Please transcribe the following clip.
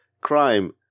crime